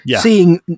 seeing